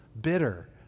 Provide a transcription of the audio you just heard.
bitter